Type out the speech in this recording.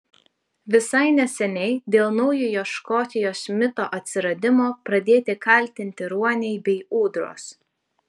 visai neseniai dėl naujojo škotijos mito atsiradimo pradėti kaltinti ruoniai bei ūdros